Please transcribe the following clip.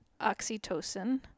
oxytocin